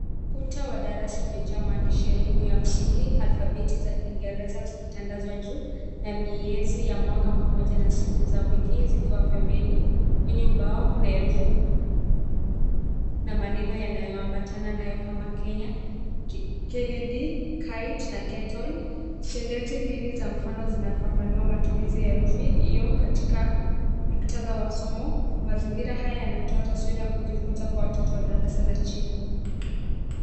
Ukuta wa darasa umejaa maandishi ya elimu ya msingi, alfabeti za Kiingereza zikitandazwa juu na miezi ya mwaka pamoja na siku za wiki zikiwa pembeni. Kwenye ubao kuna herufi na maneno yanayoambatana nayo kama Kenya, Kennedy, kite na kettle . Sentensi mbili za mfano zinafafanua matumizi ya herufi hiyo katika muktadha wa somo. Mazingira haya yanatoa taswira ya kujifunza kwa watoto wa darasa la chini.